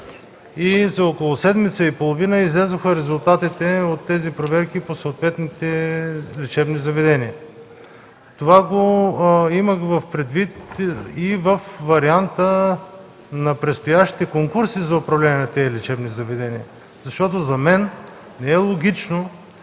за около седмица и половина излязоха резултатите от тези проверки по съответните лечебни заведения. Това го имах предвид и във варианта на предстоящите конкурси за управление на тези лечебни заведения, защото за мен не е логично